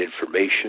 information